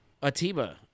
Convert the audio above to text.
Atiba